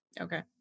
Okay